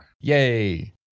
Yay